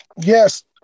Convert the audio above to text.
Yes